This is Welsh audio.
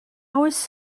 oes